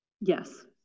yes